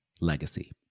legacy